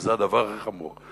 וזה הדבר הכי חמור.